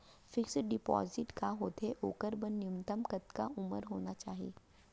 Fix deposit का होथे ओखर बर न्यूनतम कतका उमर होना चाहि?